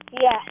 Yes